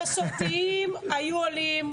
המסורתיים היו עולים.